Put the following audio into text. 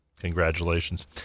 Congratulations